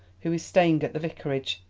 who is staying at the vicarage,